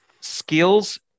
skills